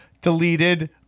deleted